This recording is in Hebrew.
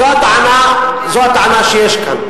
זו הטענה שיש כאן,